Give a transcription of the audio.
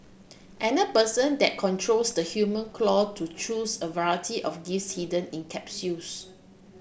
another person then controls the human claw to choose a variety of gifts hidden in capsules